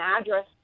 address